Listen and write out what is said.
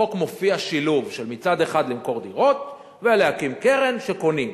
בחוק מופיע שילוב של למכור דירות ולהקים קרן שבה קונים.